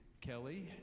Kelly